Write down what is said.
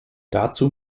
dazu